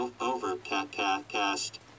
Overcast